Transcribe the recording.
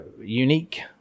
unique